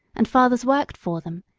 and fathers worked for them,